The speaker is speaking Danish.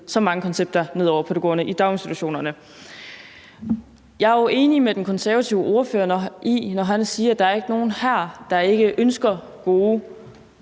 så mange koncepter ned over pædagogerne i daginstitutionerne. Jeg er jo enig med den konservative ordfører, når han siger, at der ikke er nogen her, der ikke ønsker gode